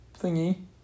thingy